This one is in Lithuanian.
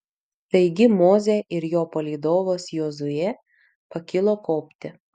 taigi mozė ir jo palydovas jozuė pakilo kopti